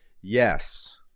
Yes